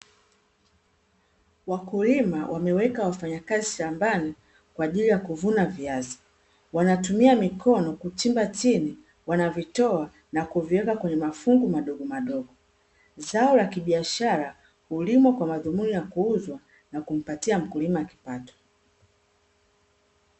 Wakulima wameweka wafanyakazi shambani, kwa ajili ya kuvuna viazi. Wanatumia mikono kuchimba chini, wanavitoa na kuviweka kwenye mafungu madogomadogo. zao la kibiashara hulimwa kwa madhumuni ya kuuzwa na kumpatia mkulima kipato.